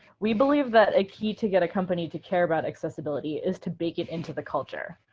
we believe that a key to get a company to care about accessibility is to bake it into the culture.